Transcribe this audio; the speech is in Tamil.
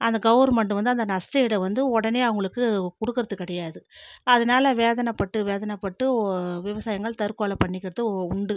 அந்த கவர்மென்ட் வந்து அந்த நஷ்டஈடை வந்து உடனே அவங்களுக்கு கொடுக்கிறது கிடையாது அதனால் வேதனைப்பட்டு வேதனைப்பட்டு விவசாயிகள் தற்கொலை பண்ணிக்கிறது உண்டு